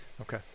okay